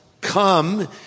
come